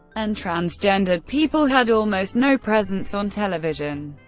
and transgendered people had almost no presence on television.